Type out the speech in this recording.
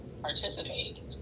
participate